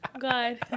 God